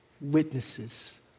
witnesses